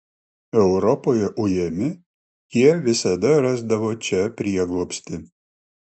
europoje ujami jie visada rasdavo čia prieglobstį